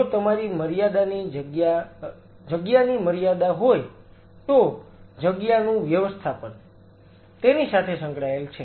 જો તમારે જગ્યાની મર્યાદા હોય તો જગ્યાનું વ્યવસ્થાપન તેની સાથે સંકળાયેલ છે